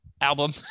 album